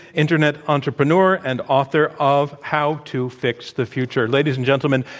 internet entrepreneur and author of how to fix the future. ladies and gentlemen,